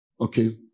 Okay